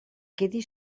quedi